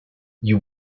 you